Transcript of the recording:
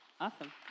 Awesome